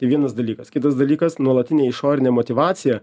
vienas dalykas kitas dalykas nuolatinė išorinė motyvacija